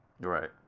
Right